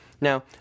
Now